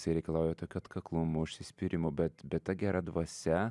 jisai reikalauja tokio atkaklumo užsispyrimo bet bet ta gera dvasia